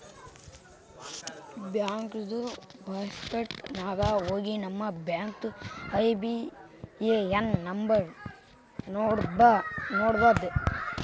ಬ್ಯಾಂಕ್ದು ವೆಬ್ಸೈಟ್ ನಾಗ್ ಹೋಗಿ ನಮ್ ಬ್ಯಾಂಕ್ದು ಐ.ಬಿ.ಎ.ಎನ್ ನಂಬರ್ ನೋಡ್ಬೋದ್